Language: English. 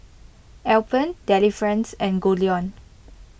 Alpen Delifrance and Goldlion